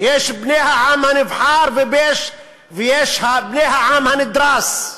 יש בני העם הנבחר ויש בני העם הנדרס.